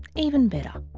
even better.